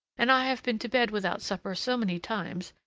and i have been to bed without supper so many times,